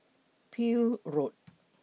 Peel Road